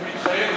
מתחייב